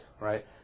right